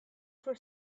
for